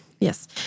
Yes